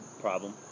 problem